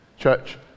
Church